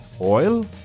oil